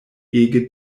ege